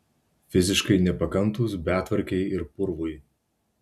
fiziškai nepakantūs betvarkei ir purvui